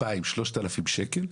2,000 או 3,000 שקל,